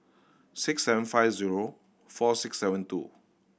six seven five zero four six seven two